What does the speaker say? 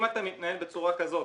אם אתה מתנהל בצורה כזאת,